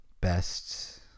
best